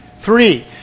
Three